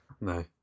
No